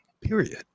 period